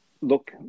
look